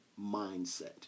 mindset